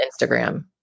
Instagram